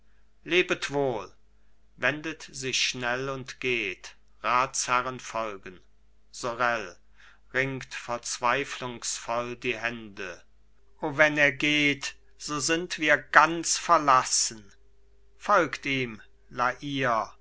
lebet wohl wendet sich schnell und geht ratsherren folgen sorel ringt verzweiflungsvoll die hände o wenn er geht so sind wir ganz verlassen folgt ihm la